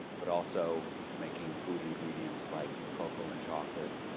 but also making food ingredients like cocoa and chocolate,